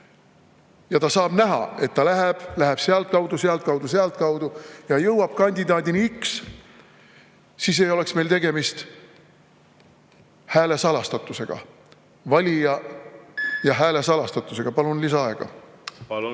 ja saab näha, et ta läheb sealtkaudu, sealtkaudu ja sealtkaudu ja jõuab kandidaadini X, siis ei oleks tegemist hääle salastatusega, valija ja hääle salastatusega. Palun lisaaega. Palun,